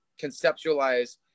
conceptualize